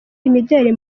imideli